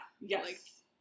Yes